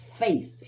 faith